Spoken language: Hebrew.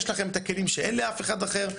יש לכם את הכלים שאין לאף אחד אחר,